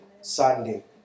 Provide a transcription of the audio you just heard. Sunday